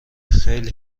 خیلی